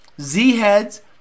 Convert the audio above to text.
Z-heads